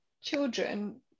children